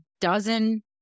dozen